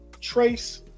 Trace